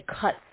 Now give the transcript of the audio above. cut